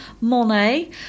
Monet